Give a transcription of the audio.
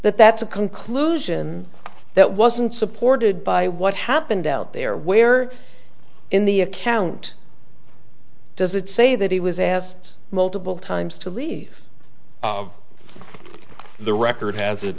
that that's a conclusion that wasn't supported by what happened out there where in the account does it say that he was asked multiple times to leave the record has it